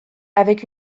avec